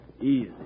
Easy